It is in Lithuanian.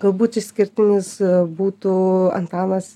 galbūt išskirtinis būtų antanas